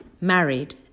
married